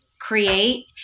create